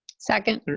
second.